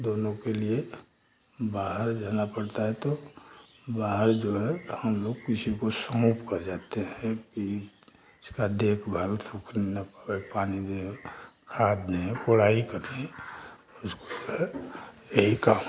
दोनों के लिए बाहर जाना पड़ता है तो बाहर जो है हमलोग किसी को सौंप कर जाते हैं कि इसका देख भाल सूखने न पावे पानी दें खाद दें कोड़ाई करें उसको जो है यही काम है